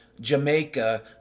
Jamaica